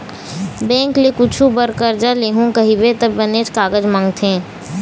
bank ले कुछु बर करजा लेहूँ कहिबे त बनेच कागज मांगथे